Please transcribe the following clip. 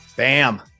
Bam